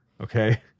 Okay